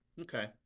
Okay